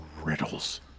riddles